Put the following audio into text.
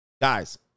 guys